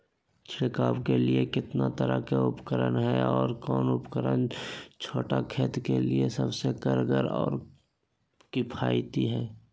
छिड़काव के लिए कितना तरह के उपकरण है और कौन उपकरण छोटा खेत के लिए सबसे कारगर और किफायती है?